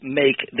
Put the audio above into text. make